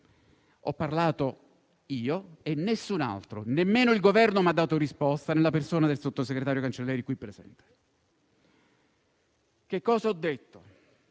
ho parlato io e nessun altro. Nemmeno il Governo mi ha dato risposta, nella persona del sottosegretario Cancelleri, qui presente. Cosa ho detto?